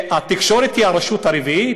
התקשורת היא הרשות הרביעית,